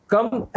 come